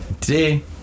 Today